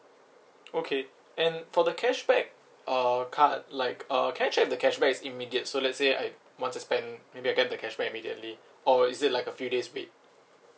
okay and for the cashback uh card like uh can I check if the cashback is immediate so let's say I want to spend maybe I get the cashback immediately or is it like a few days wait